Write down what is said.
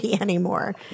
anymore